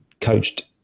coached